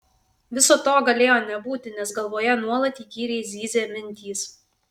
viso to galėjo nebūti nes galvoje nuolat įkyriai zyzė mintys